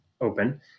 open